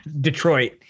Detroit